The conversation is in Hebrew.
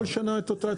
בכל שנה יש את התעריף